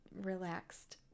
relaxed